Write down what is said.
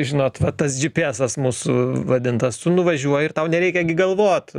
žinot va tas džypyesas mūsų vadintas tu nuvažiuoji ir tau nereikia gi galvoti